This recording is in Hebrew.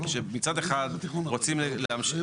שמצד אחד רוצים להמשיך,